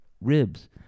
ribs